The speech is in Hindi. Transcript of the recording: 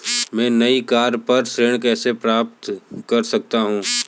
मैं नई कार पर ऋण कैसे प्राप्त कर सकता हूँ?